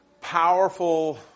powerful